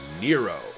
Nero